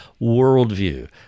worldview